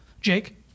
Jake